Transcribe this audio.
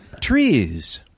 Trees